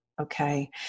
Okay